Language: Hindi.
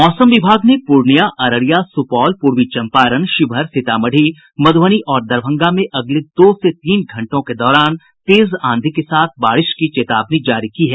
मौसम विभाग ने पूर्णिया अररिया और सुपौल पूर्वी चंपारण शिवहर सीतामढ़ी मधुबनी और दरभंगा में अगले दो से तीन घंटों के दौरान तेज आंधी के साथ बारिश की चेतावनी जारी की है